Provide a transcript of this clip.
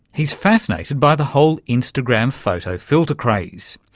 he's fascinated by the whole instagram photo-filter craze.